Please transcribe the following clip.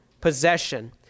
possession